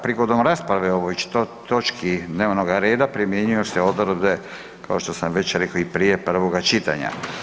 Prigodom rasprave o ovoj točki dnevnog reda primjenjuju se odredbe kao što sam već rekao i prije, prvoga čitanja.